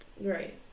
Right